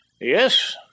Yes